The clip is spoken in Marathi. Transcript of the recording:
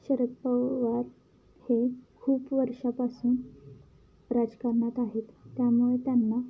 शरद पवार हे खूप वर्षापासून राजकारणात आहेत त्यामुळे त्यांना